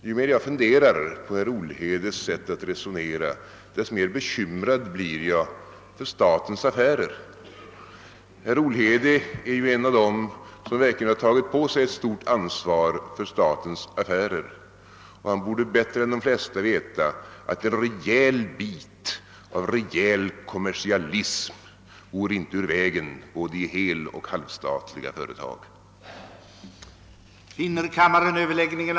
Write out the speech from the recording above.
Ju mer jag funderar över herr Olhedes sätt att resonera, desto mer bekymrad blir jag för statens affärer. Herr Olhede är ju en av dem som har tagit på sig ett stort ansvar för statens affärer, och han borde bättre än de flesta veta att litet rejäl kommersialism inte vore ur vägen i både heloch halvstatliga företag.